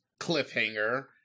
cliffhanger